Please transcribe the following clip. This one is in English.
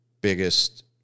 biggest